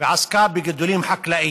ועסקה בגידולים חקלאיים.